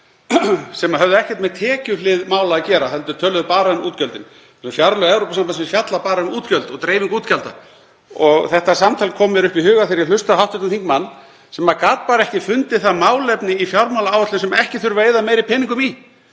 sem höfðu ekkert með tekjuhlið mála að gera heldur töluðu bara um útgjöldin. Fjárlög Evrópusambandsins fjalla bara um útgjöld og dreifingu útgjalda. Þetta samtal kom mér í hug þegar ég hlustaði á hv. þingmann sem getur bara ekki fundið það málefni í fjármálaáætlun sem ekki þurfi að eyða meiri peningum í.